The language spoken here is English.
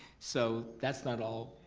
so that's not all,